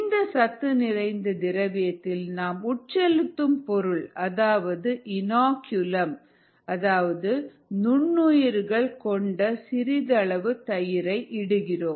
இந்த சத்து நிறைந்த திரவியத்தில் நாம் உட்செலுத்தும் பொருள் அல்லது இனாகுலம் அதாவது நுண்ணுயிரிகள் கொண்ட சிறிதளவு தயிர் இடுகிறோம்